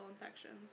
infections